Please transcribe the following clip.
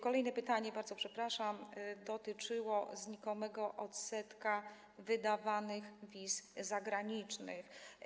Kolejne pytanie, bardzo przepraszam, dotyczyło znikomego odsetka wydawanych wiz zagranicznych.